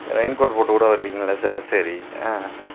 Rhine code போட்டுக்கூட வருவீங்கல்ல sir சரி ஆ